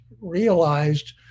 realized